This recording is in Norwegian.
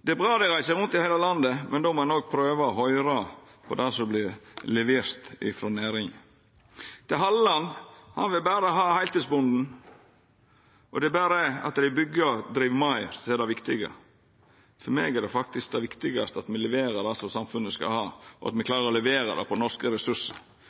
Det er bra at dei reiser rundt i heile landet, men då må ein òg prøva å høyra på det som vert levert frå næringa. Til Halleland: Han vil berre ha heiltidsbonden, og det er berre at dei byggjer og driv meir, som er det viktige. For meg er faktisk det viktigast at me leverer det som samfunnet skal ha, og at me